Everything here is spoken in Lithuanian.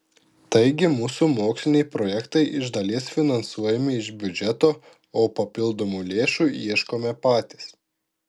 taigi mūsų moksliniai projektai iš dalies finansuojami iš biudžeto o papildomų lėšų ieškome patys